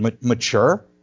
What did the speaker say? mature